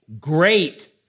great